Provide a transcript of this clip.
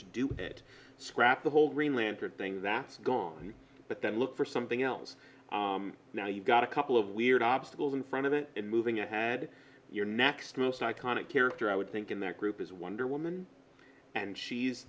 to do it scrap the whole green lantern thing that's gone but then look for something else now you've got a couple of weird obstacles in front of it and moving it had your next most iconic character i would think in that group is wonder woman and she's